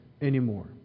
anymore